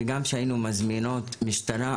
וגם כשהיינו מזמינות משטרה,